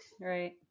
right